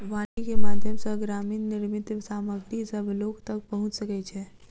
वानिकी के माध्यम सॅ ग्रामीण निर्मित सामग्री सभ लोक तक पहुँच सकै छै